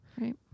Right